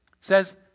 says